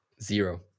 Zero